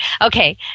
Okay